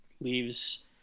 leaves